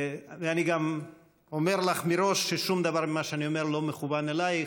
ואני גם אומר לך מראש ששום דבר ממה שאני אומר לא מכוון אלייך.